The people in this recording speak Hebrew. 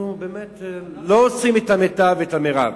אנחנו לא עושים את המיטב, את המירב.